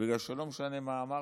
בגלל שלא משנה מה אמרנו,